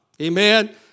Amen